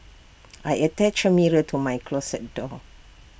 I attached A mirror to my closet door